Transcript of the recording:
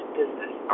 business